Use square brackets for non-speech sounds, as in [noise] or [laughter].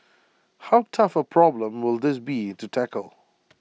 [noise] how tough A problem will this be to tackle